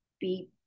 Beep